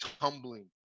tumbling